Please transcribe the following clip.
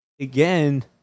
again